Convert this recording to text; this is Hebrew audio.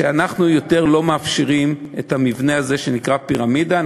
שאנחנו לא מאפשרים עוד את המבנה הזה שנקרא פירמידה.